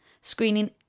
screening